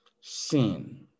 Sin